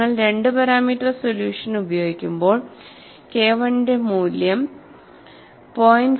നിങ്ങൾ 2 parameter solution ഉപയോഗിക്കുമ്പോൾ K I ന്റെ മൂല്യം 0